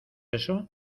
eso